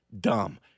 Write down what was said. dumb